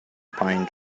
pine